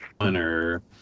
winner